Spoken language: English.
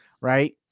right